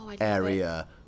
area